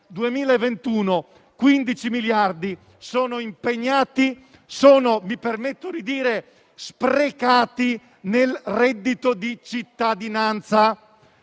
2021, 15 miliardi sono impegnati e - mi permetto di dire - sprecati nel reddito di cittadinanza